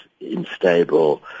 unstable